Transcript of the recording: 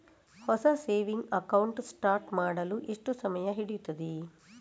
ಹೊಸ saving account start ಮಾಡಲು ಎಷ್ಟು ಸಮಯ ಹಿಡಿಯುತ್ತದೆ?